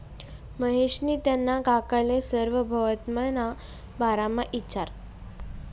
महेशनी त्याना काकाले सार्वभौमत्वना बारामा इचारं